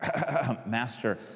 Master